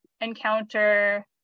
encounter